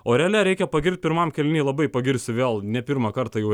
o reale reikia pagirti pirmam kėliniui labai pagirs vėl ne pirmą kartą jau